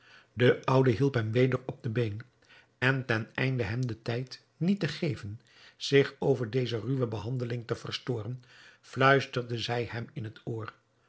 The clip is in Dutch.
de oude hielp hem weder op de been en ten einde hem den tijd niet te geven zich over deze ruwe behandeling te verstoren fluisterde zij hem in het oor